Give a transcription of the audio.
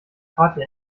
party